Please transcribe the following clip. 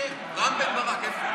לעסקים בשל ההשפעה הכלכלית של התפשטות